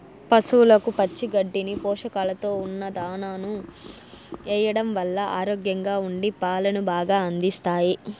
పసవులకు పచ్చి గడ్డిని, పోషకాలతో ఉన్న దానాను ఎయ్యడం వల్ల ఆరోగ్యంగా ఉండి పాలను బాగా అందిస్తాయి